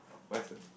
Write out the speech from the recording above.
my turn